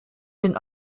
den